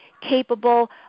capable